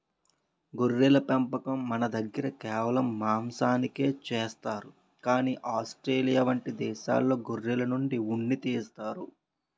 గొర్రెల పెంపకం మనదగ్గర కేవలం మాంసానికే చేస్తారు కానీ ఆస్ట్రేలియా వంటి దేశాల్లో గొర్రెల నుండి ఉన్ని తీస్తారు